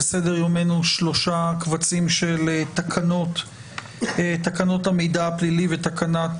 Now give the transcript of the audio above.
על סדר יומנו שלושה קבצים של הצעת תקנות המידע הפלילי ותקנת